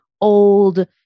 old